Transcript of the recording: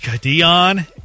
Dion